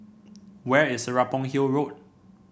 where is Serapong Hill Road